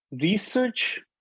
research